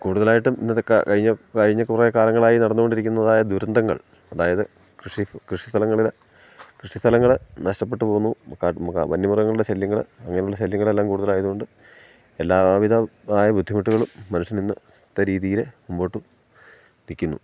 കൂടുതലായിട്ടും ഇന്നത്തേ കഴിഞ്ഞ കഴിഞ്ഞ കുറേക്കാലങ്ങളായി നടന്നുകൊണ്ടിരിക്കുന്നതായ ദുരന്തങ്ങൾ അതായത് കൃഷി കൃഷി സ്ഥലങ്ങളിൽ കൃഷിസ്ഥലങ്ങൾ നഷ്ടപ്പെട്ടു പോകുന്നു വന്യമൃഗങ്ങളുടെ ശല്യങ്ങൾ അങ്ങനെയുള്ള ശല്യങ്ങളെല്ലാം കൂടുതലായതുകൊണ്ട് എല്ലാവിധമായ ബുദ്ധിമുട്ടുകളും മനുഷ്യനിന്നത്തെ രീതിയിൽ മുമ്പോട്ട് നിൽക്കുന്നു